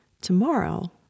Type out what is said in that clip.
Tomorrow